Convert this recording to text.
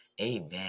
amen